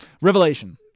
Revelation